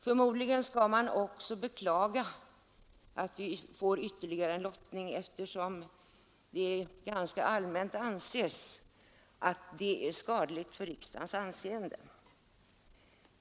Förmodligen skall man också beklaga att vi får ytterligare en lottning, eftersom det ganska allmänt anses att lottningarna är skadliga för riksdagens anseende.